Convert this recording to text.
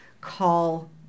call